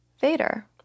Vader